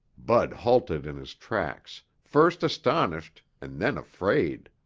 bud halted in his tracks, first astonished and then afraid.